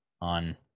on